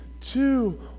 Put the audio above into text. two